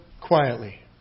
quietly